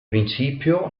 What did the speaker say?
principio